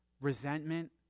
resentment